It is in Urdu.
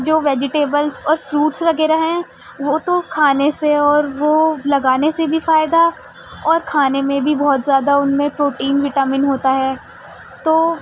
جو ویجیٹیبلس اور فروٹس وغیرہ ہیں وہ تو کھانے سے اور وہ لگانے سے بھی فائدہ اور کھانے میں بھی بہت زیادہ ان میں پروٹین وٹامن ہوتا ہے تو